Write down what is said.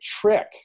trick